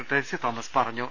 ടെസ്സി തോമസ് പറഞ്ഞു